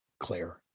Claire